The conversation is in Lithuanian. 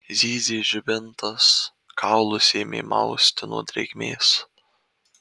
zyzė žibintas kaulus ėmė mausti nuo drėgmės